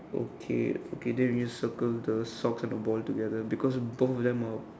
okay okay then you need to circle the socks and the ball together because both of them are